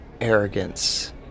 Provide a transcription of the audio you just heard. arrogance